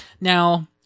Now